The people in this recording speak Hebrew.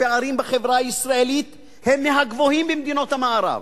הפערים בחברה הישראלית הם מהגבוהים במדינות המערב.